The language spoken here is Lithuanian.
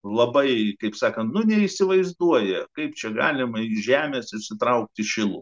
labai kaip sakant tu neįsivaizduoji kaip čia galimai žemės išsitraukti šiltą